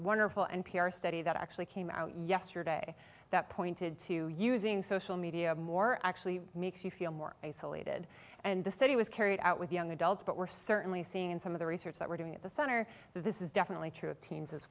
wonderful n p r study that actually came out yesterday that pointed to using social media more actually makes you feel more isolated and the study was carried out with young adults but we're certainly seeing in some of the research that we're doing at the center this is definitely true of teens as